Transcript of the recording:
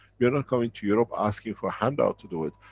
we are not coming to europe asking for handout to do it.